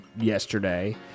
yesterday